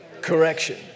correction